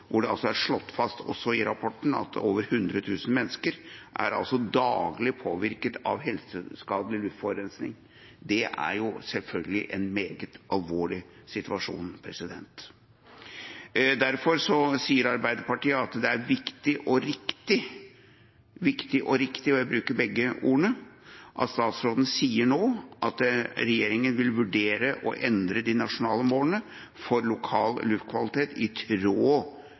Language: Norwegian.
hvor det er slått fast også i rapporten at 100 000 mennesker daglig er påvirket av helseskadelig luftforurensning. Det er selvfølgelig en meget alvorlig situasjon. Derfor sier Arbeiderpartiet at det er viktig og riktig – jeg bruker begge ordene – at statsråden sier nå at regjeringa vil vurdere å endre de nasjonale målene for lokal luftkvalitet i tråd